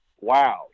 wow